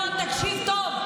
ינון, תקשיב טוב.